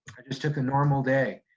just took a normal day.